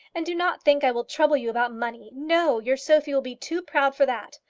and do not think i will trouble you about money. no your sophie will be too proud for that.